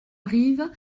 arrive